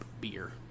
beer